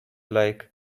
like